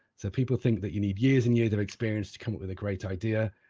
so people think that you need years and years of experience to come up with a great idea,